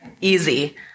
easy